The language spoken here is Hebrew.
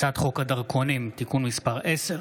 הצעת חוק הדרכונים (תיקון מס' 10),